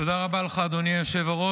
תודה רבה לך, אדוני היושב-ראש.